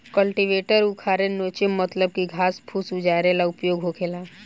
cultivator उखारे नोचे मतलब की घास फूस उजारे ला उपयोग होखेला